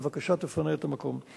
בבקשה תפנה את המקום.